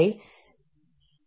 അത് പ്രശ്നങ്ങൾ സൃഷ്ടിക്കും